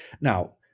Now